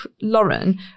Lauren